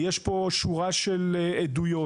יש פה שורה של עדויות.